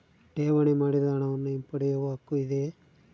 ಠೇವಣಿ ಮಾಡಿದ ಹಣವನ್ನು ಹಿಂಪಡೆಯವ ಹಕ್ಕು ಇದೆಯಾ?